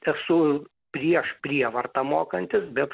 esu prieš prievartą mokantis bet